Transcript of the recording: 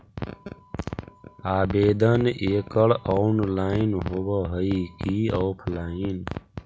आवेदन एकड़ ऑनलाइन होव हइ की ऑफलाइन?